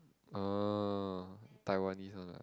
orh Taiwanese one ah